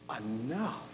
enough